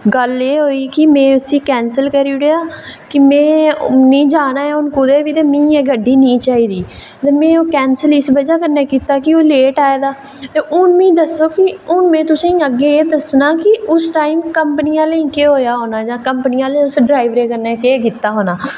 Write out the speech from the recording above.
गल्ल एह् होई की में उसी कैंसल करी ओड़ेआ कि में जाना कुदै ते मिगी एह् गड्डी नेईं चाहिदी ते में कैंसल ओह् इस बजह कन्नै कीते दा की ओह् लेट आए दा ते हून मिगी एह् दस्सो कि उस टाईम कपंनी आह्लें गी केह् होआ होना जां कंपनी आह्लें ड्राईवर कन्नै केह् कीता होना